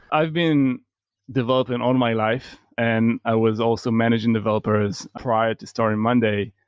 i've been developing all my life, and i was also managing developers prior to starting monday,